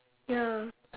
ya